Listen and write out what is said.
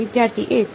વિદ્યાર્થી 1 દ્વારા